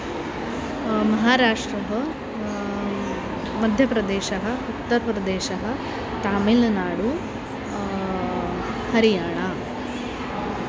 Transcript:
महाराष्ट्रः मध्यप्रदेशः उत्तरप्रदेशः तामिल्नाडु हरियाणा